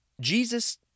Jesus